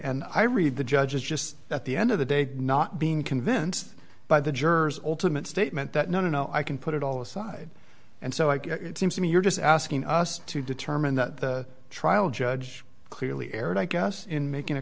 and i read the judge is just at the end of the day not being convinced by the jurors ultimate statement that no no i can put it all aside and so i guess it seems to me you're just asking us to determine that the trial judge clearly erred i guess in making a